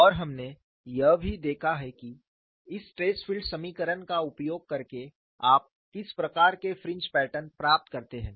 और हमने यह भी देखा है कि इस स्ट्रेस फील्ड समीकरण का उपयोग करके आप किस प्रकार के फ्रिंज पैटर्न प्राप्त करते हैं